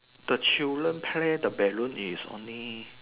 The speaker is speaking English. the children play the balloon is only